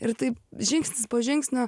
ir taip žingsnis po žingsnio